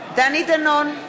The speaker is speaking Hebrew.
בעד דני דנון,